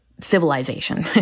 civilization